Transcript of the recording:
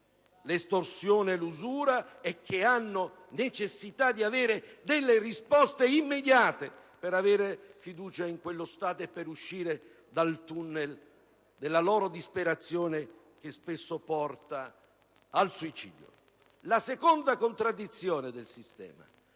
l'estorsione e l'usura e che hanno necessità di ricevere risposte immediate dallo Stato per uscire dal tunnel della loro disperazione che spesso porta al suicidio. E vengo alla seconda contraddizione del sistema.